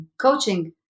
Coaching